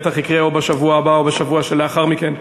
וזה בטח יקרה או בשבוע הבא או בשבוע שלאחר מכן,